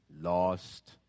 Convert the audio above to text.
lost